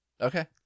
Okay